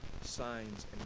signs